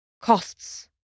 costs